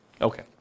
Okay